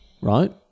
right